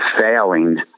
failing